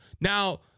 Now